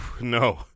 No